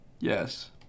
Yes